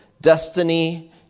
destiny